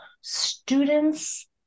students